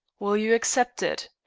will you accept it?